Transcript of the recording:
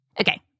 Okay